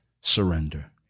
surrender